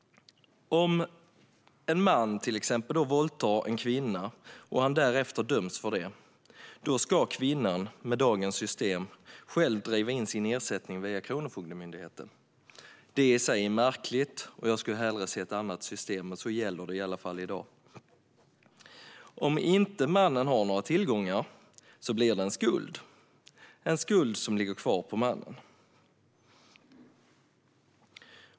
Om en man våldtar en kvinna och därefter döms för det ska kvinnan med dagens system själv driva in sin ersättning via Kronofogdemyndigheten. Det i sig är märkligt, och jag skulle hellre se ett annat system. Detta gäller dock i dag. Om inte mannen har några tillgångar blir det en skuld, som ligger kvar på mannen.